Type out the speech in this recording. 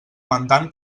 mandant